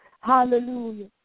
hallelujah